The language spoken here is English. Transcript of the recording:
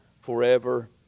forever